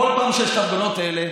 כל פעם שיש את ההפגנות האלה,